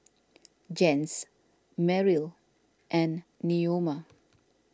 Jens Meryl and Neoma